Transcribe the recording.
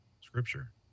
scripture